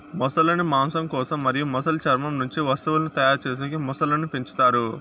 మొసళ్ళ ను మాంసం కోసం మరియు మొసలి చర్మం నుంచి వస్తువులను తయారు చేసేకి మొసళ్ళను పెంచుతారు